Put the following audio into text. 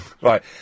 Right